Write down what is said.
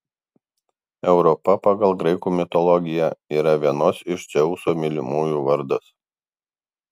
europa pagal graikų mitologiją yra vienos iš dzeuso mylimųjų vardas